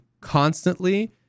constantly